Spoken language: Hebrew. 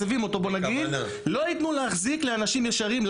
או מסבים אותו בוא נגיד - לא יתנו להחזיק לאנשים ישרים,